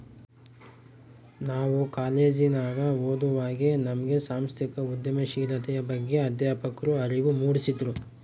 ನಾವು ಕಾಲೇಜಿನಗ ಓದುವಾಗೆ ನಮ್ಗೆ ಸಾಂಸ್ಥಿಕ ಉದ್ಯಮಶೀಲತೆಯ ಬಗ್ಗೆ ಅಧ್ಯಾಪಕ್ರು ಅರಿವು ಮೂಡಿಸಿದ್ರು